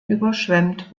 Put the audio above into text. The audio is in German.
überschwemmt